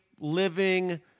living